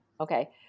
Okay